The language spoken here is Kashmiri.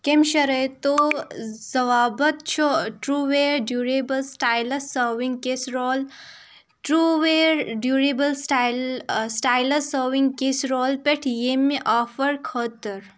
کٔمۍ شرٲیطو ضوابط چھُ trueware durable stainless serving casserole trueware durable style stainless serving casserole پٮ۪ٹھ ییٚمہِ آفر خٲطرٕ